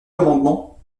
l’amendement